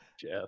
Jeff